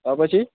તો પછી